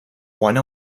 one